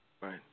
Right